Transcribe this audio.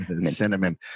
Cinnamon